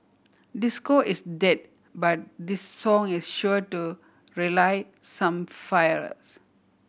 disco is dead but this song is sure to relight some fires